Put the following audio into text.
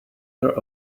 your